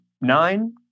nine